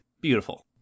Beautiful